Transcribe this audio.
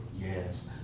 Yes